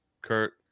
Kurt